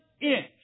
inch